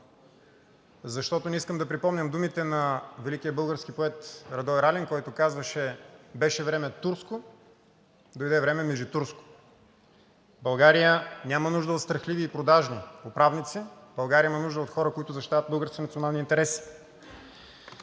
защото не искам да припомням думите на великия български поет Радой Ралин, който казваше: „Беше време турско – дойде време мижитурско.“ България няма нужда от страхливи и продажни управници! България има нужда от хора, които защитават българския национален интерес!